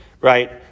right